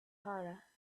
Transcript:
honor